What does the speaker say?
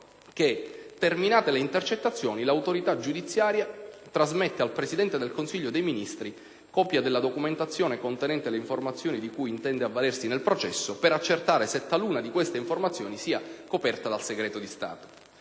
che terminate le intercettazioni l'autorità giudiziaria trasmetta al Presidente del Consiglio dei ministri copia della documentazione contenente le informazioni di cui intende avvalersi nel processo, per accertare se taluna di queste informazioni sia coperta dal segreto di Stato.